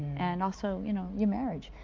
and also, you know your marriage.